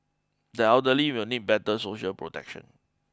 the elderly will need better social protection